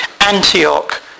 Antioch